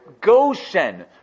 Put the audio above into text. Goshen